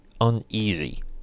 uneasy